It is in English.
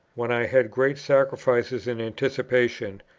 when i had great sacrifices in anticipation,